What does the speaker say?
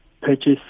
purchase